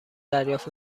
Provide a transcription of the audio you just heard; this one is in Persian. دریافت